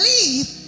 believe